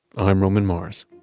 i'm roman mars